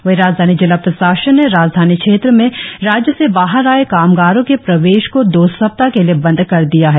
वही राजधानी जिला प्रशासन ने राजधानी क्षेत्र में राज्य से बाहर जाए कामगारों के प्रवेश को दो सप्ताह के लिए बंद कर दिया है